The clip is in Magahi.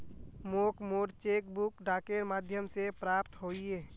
मोक मोर चेक बुक डाकेर माध्यम से प्राप्त होइए